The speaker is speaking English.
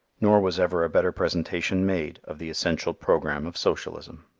nor was ever a better presentation made of the essential program of socialism.